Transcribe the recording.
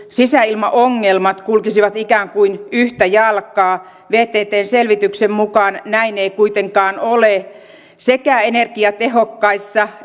sisäilmaongelmat kulkisivat ikään kuin yhtä jalkaa vttn selvityksen mukaan näin ei kuitenkaan ole sekä energiatehokkaissa